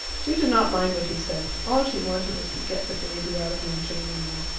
she did not mind what he said. all she wanted was to get the baby out of monteriano.